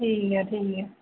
ठीक ऐ ठीक ऐ